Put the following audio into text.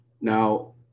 Now